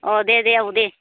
अ दे दे आबौ दे